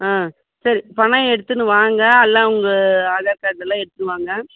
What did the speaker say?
ஆ சரி பணம் எடுத்துன்னு வாங்க எல்லாம் உங்கள் ஆதார் கார்டெல்லாம் எடுதுன்னு வாங்க